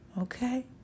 okay